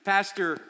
Pastor